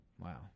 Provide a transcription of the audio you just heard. Wow